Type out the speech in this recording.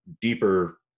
deeper